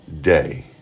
day